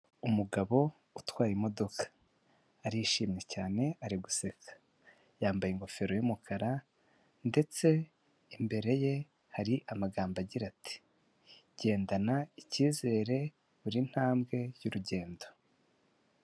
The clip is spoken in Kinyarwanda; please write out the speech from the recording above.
Umugabo utwaye imodoka. Arishimye cyane ari guseka. Yambaye ingofero y'umukara ndetse imbere ye hari amagambo agira ati:"Gendana icyizere buri ntambwe y'urugendo."